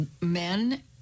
men